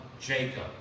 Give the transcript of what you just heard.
Jacob